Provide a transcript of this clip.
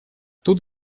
тут